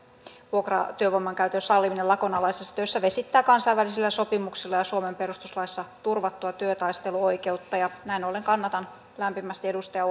vuokratyövoiman käytön salliminen lakonalaisissa töissä vesittää kansainvälisillä sopimuksilla ja suomen perustuslaissa turvattua työtaisteluoikeutta näin ollen kannatan lämpimästi edustaja